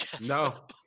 no